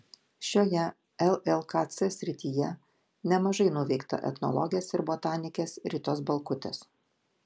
šioje llkc srityje nemažai nuveikta etnologės ir botanikės ritos balkutės